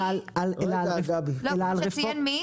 אלא על --- כמו שציין מי